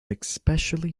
especially